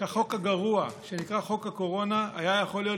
שהחוק הגרוע שנקרא "חוק הקורונה" היה יכול להיות